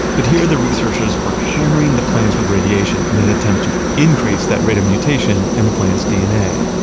but here the researchers were hammering the plains with radiation, in an attempt to increase that rate of mutation in the plant's dna.